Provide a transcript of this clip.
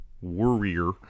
warrior